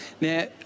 Now